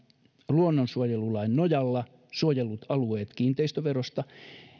luonnonsuojelulain nojalla suojellut alueet kiinteistöverosta